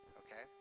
okay